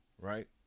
right